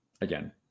Again